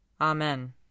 Amen